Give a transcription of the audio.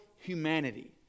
humanity